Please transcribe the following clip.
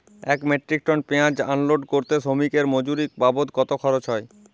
এক metric ton পেঁয়াজ unload করতে শ্রমিকের মজুরি বাবদ কত খরচ হয়?